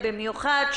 במיוחד,